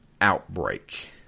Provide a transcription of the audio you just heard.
outbreak